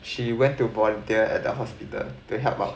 she went to volunteer at the hospital to help out